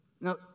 Now